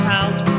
out